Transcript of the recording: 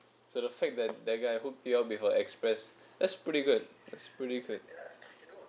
so the fact that the guy who you're with express that's pretty good that's pretty good